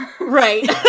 Right